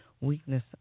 weakness